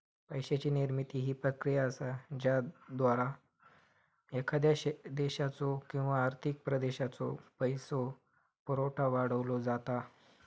पैशाची निर्मिती ही प्रक्रिया असा ज्याद्वारा एखाद्या देशाचो किंवा आर्थिक प्रदेशाचो पैसो पुरवठा वाढवलो जाता